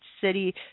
city